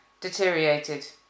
deteriorated